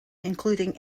including